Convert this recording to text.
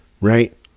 Right